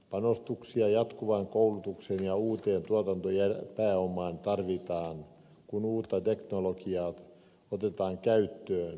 panostuksia jatkuvaan koulutukseen ja uuteen tuotantopääomaan tarvitaan kun uutta teknologiaa otetaan käyttöön